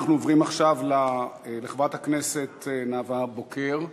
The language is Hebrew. אנחנו עוברים עכשיו לחברת הכנסת נאוה בוקר.